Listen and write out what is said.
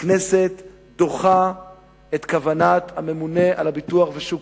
הכנסת דוחה את כוונת הממונה על הביטוח ושוק